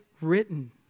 written